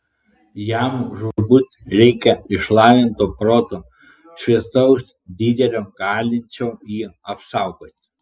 jam žūtbūt reikia išlavinto proto šviesaus didelio galinčio jį apsaugoti